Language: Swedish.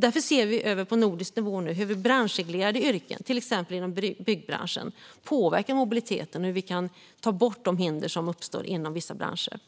Därför ser vi nu över på nordisk nivå hur vi i branschreglerade yrken, till exempel inom byggbranschen, påverkar mobiliteten och kan ta bort de hinder som uppstår inom vissa branscher.